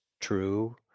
true